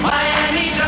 Miami